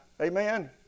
Amen